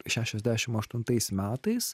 šešiasdešim aštuntais metais